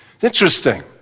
interesting